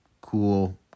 cool